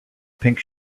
pink